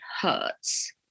hurts